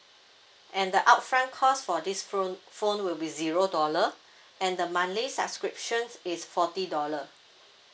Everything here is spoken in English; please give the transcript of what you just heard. and the upfront cost for this phone phone will be zero dollar and the monthly subscriptions is forty dollar